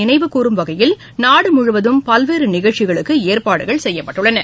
நினைவுகூறும் வகையில் நாடு முழுவதும் பல்வேறு நிகழ்ச்சிகளுக்கு ஏற்பாடுகள் இந்நாளை செய்யப்பட்டுள்ளன